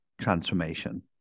transformation